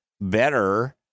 better